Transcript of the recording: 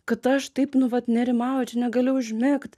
kad aš taip nu vat nerimauju čia negali užmigt